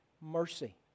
mercy